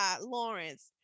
Lawrence